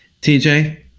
TJ